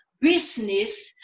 business